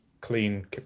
clean